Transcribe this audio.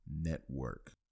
Network